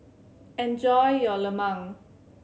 enjoy your lemang